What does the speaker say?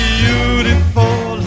beautiful